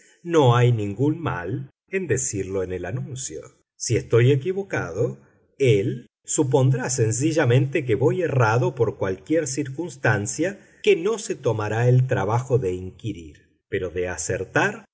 no hay ningún mal en decirlo en el anuncio si estoy equivocado él supondrá sencillamente que voy errado por cualquiera circunstancia que no se tomará el trabajo de inquirir pero de acertar